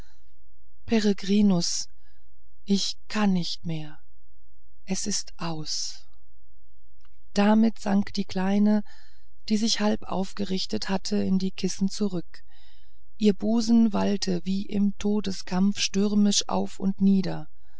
ich kann nicht mehr es ist aus damit sank die kleine die sich halb aufgerichtet hatte in die kissen zurück ihr busen wallte wie im todeskampf stürmisch auf und nieder